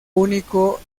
único